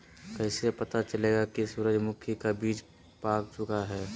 कैसे पता चलेगा की सूरजमुखी का बिज पाक चूका है?